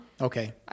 Okay